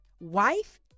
wife